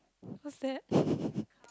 what's that